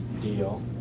deal